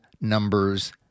numbers